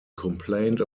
complained